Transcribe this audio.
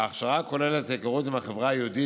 ההכשרה כוללת היכרות עם החברה היהודית,